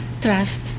trust